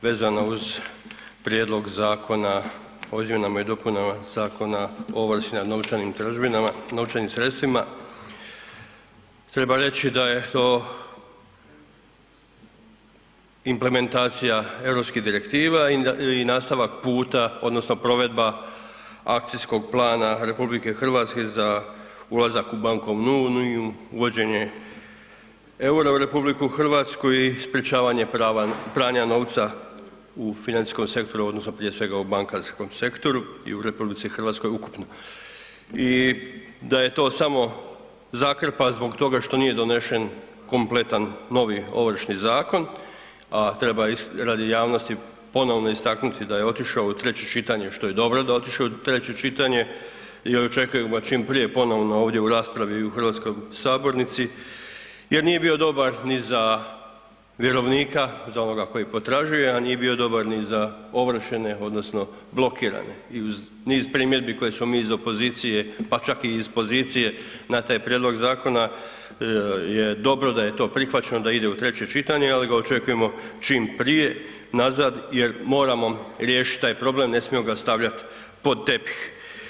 Vezano uz prijedlog zakona o izmjenama i dopunama Zakona o ovrsi na novčanim tražbinama, novčanim sredstvima, treba reći da je to implementacija Europskih direktiva i nastavak puta odnosno provedba akcijskog plana RH za ulazak u bankovnu uniju, uvođenje EUR-a u RH i sprečavanje prava, pranja novca u financijskom sektoru odnosno prije svega u bankarskom sektoru i u RH ukupno i da je to samo zakrpa zbog toga što nije donesen kompletan novi Ovršni zakon, a treba radi javnosti ponovno istaknuti da je otišao u treće čitanje, što je dobro da je otišao u treće čitanje i očekujemo čim prije ponovno ovdje u raspravi u HS jer nije bio dobar ni za vjerovnika, za ovoga koji potražuje, a nije bio dobar ni za ovršene odnosno blokirane i uz niz primjedbi koje smo mi iz opozicije, pa čak i iz pozicije na taj prijedlog zakona je dobro da je to prihvaćeno da ide u treće čitanje, ali ga očekujemo čim prije nazad jer moramo riješit taj problem, ne smijemo ga stavljat pod tepih.